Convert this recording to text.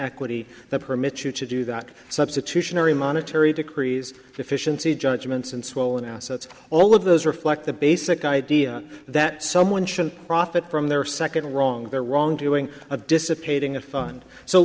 equity that permits you to do that substitutionary monetary decrees deficiency judgments and swollen assets all of those reflect the basic idea that someone should profit from their second wrong their wrong doing